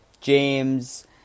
James